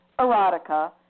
erotica